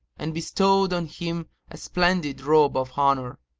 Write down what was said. and bestowed on him a splendid robe of honour.